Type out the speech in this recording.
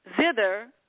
zither